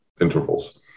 intervals